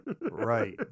Right